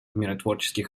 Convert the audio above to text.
миротворческих